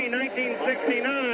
1969